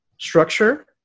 structure